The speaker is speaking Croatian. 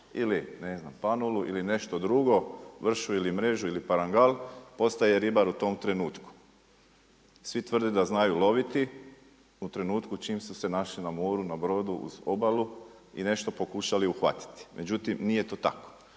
ili ne znam panulu, ili nešto drugu, vršu ili mrežu ili parangal, postaje ribar u tom trenutku. Svi tvrde da znaju loviti, u trenutku čim su se našli na moru, na brodu uz obalu i nešto pokušali uhvatiti. Međutim nije to tako,